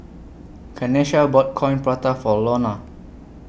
Kanesha bought Coin Prata For Iona